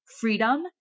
freedom